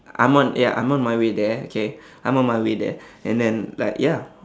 I'm on ya I'm on my way there okay I'm on my way there and then like ya